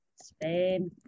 Spain